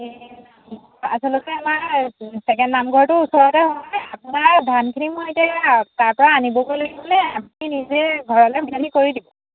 আচলতে আমাৰ ছেকেণ্ড নামঘৰটোৰ ওচৰতে হয় আপোনাৰ ধানখিনি মই এতিয়া তাৰপৰা আনিবগৈ লাগিব নে আপুনি নিজেই ঘৰলৈ কৰি দিব